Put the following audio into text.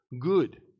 good